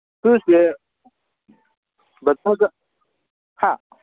ꯍꯥ